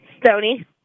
Stony